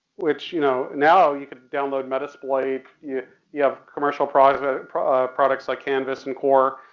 which you know now you could download metasploit you you have commercial products but products like canvas and core.